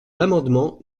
l’amendement